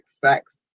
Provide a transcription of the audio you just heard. sex